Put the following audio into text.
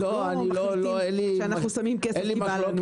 אנחנו לא מחליטים שאנחנו מעבירים כסף כי בא לנו.